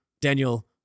Daniel